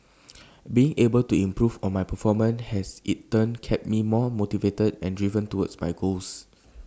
being able to improve on my performance has in turn kept me more motivated and driven towards my goals